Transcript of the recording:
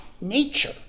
nature